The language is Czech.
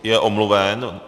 Je omluven.